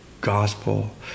gospel